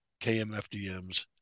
KMFDMs